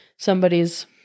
somebody's